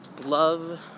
Love